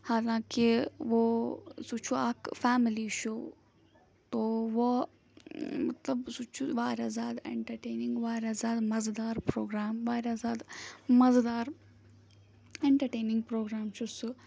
حالانٛکہِ وو سُہ چھُ اَکھ فیملی شو تو وو مطلب سُہ چھُ وارِیاہ زیادٕ اٮ۪نٹَرٹینِنٛگ وارِیاہ زیادٕ مَزٕدار پرٛوگرام وارِیاہ زیادٕ مَزٕدار اٮ۪نٹَرٹینِنٛگ پرٛوگرام چھُ سُہ